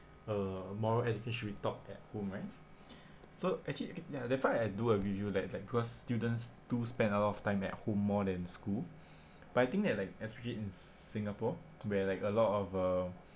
uh moral education should be taught at home right so actually okay ya that part I do agree with you that like because students do spend a lot of time at home more than school but I think that like especially in singapore where like a lot of uh